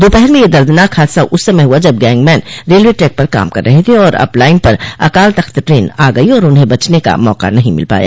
दोपहर में यह दर्दनाक हादसा उस समय हुआ जब गैंगमैन रेलवे ट्रैक पर काम कर रहे थे और अप लाइन पर अकालतख्त ट्रेन आ गई और उन्हें बचने का मौका नहीं मिल पाया